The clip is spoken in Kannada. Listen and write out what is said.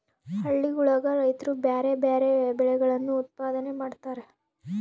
ಹಳ್ಳಿಗುಳಗ ರೈತ್ರು ಬ್ಯಾರೆ ಬ್ಯಾರೆ ಬೆಳೆಗಳನ್ನು ಉತ್ಪಾದನೆ ಮಾಡತಾರ